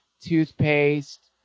toothpaste